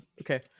Okay